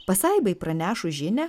pasaibai pranešus žinią